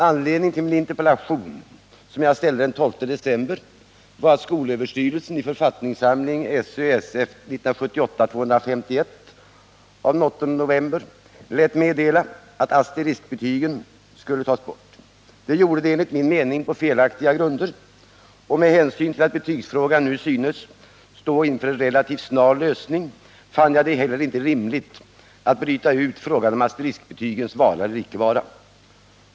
Anledningen till min interpellation, som jag ställde den 12 december, var att skolöverstyrelsen i författningssamlingen SÖ-SF 1978:251 av den 8 november lät meddela att asteriskbetygen skulle tas bort, enligt min mening på felaktiga grunder, och med hänsyn till att betygsfrågan nu synes stå inför en relativt snar lösning fann jag det inte heller rimligt att bryta ut frågan om asteriskbetygens vara eller icke vara.